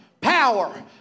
power